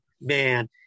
man